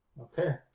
Okay